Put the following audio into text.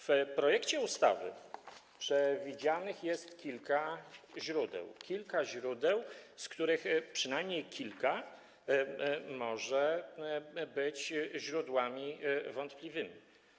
W projekcie ustawy przewidzianych jest kilka źródeł, z których przynajmniej kilka może być źródłami wątpliwymi.